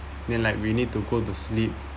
then like we need to go to sleep